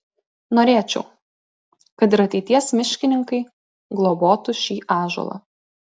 norėčiau kad ir ateities miškininkai globotų šį ąžuolą